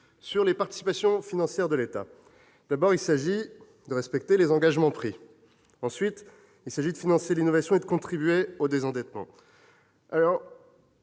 les participations financières de l'État, il s'agit d'abord de respecter les engagements pris. Il s'agit ensuite de financer l'innovation et de contribuer au désendettement.